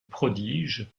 prodige